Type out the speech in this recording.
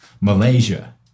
Malaysia